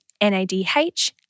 NADH